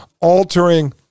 altering